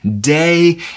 day